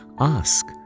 Ask